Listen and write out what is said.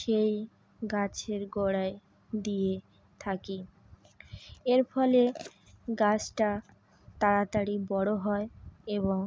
সেই গাছের গোড়ায় দিয়ে থাকি এর ফলে গাছটা তাড়াতাড়ি বড়ো হয় এবং